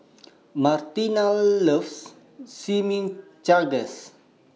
Martine loves Chimichangas